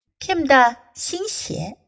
Kim的新鞋